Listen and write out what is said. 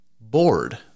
bored